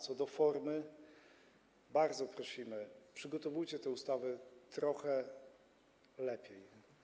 Co do formy, to bardzo prosimy: przygotujcie tę ustawę trochę lepiej.